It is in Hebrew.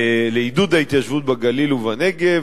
לעידוד ההתיישבות בגליל ובנגב,